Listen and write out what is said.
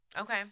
Okay